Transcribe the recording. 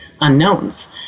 unknowns